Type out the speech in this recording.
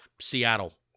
Seattle